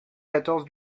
quatorze